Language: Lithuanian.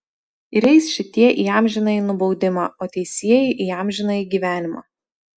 ir eis šitie į amžinąjį nubaudimą o teisieji į amžinąjį gyvenimą